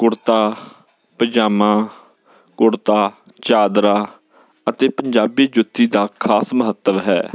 ਕੁੜਤਾ ਪਜਾਮਾ ਕੁੜਤਾ ਚਾਦਰਾ ਅਤੇ ਪੰਜਾਬੀ ਜੁੱਤੀ ਦਾ ਖਾਸ ਮਹੱਤਵ ਹੈ